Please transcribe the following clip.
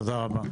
תודה רבה.